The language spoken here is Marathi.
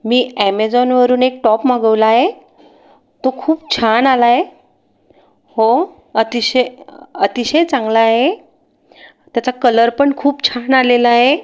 मी ॲमेजॉनवरून एक टॉप मागवला आहे तो खूप छान आला आहे हो अतिशय अतिशय चांगला आहे त्याचा कलर पण खूप छान आलेला आहे